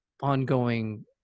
ongoing